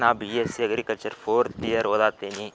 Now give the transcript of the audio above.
ನಾ B Sc agriculture fourth year ಓದಾತ್ತೀನಿ